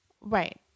right